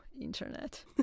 internet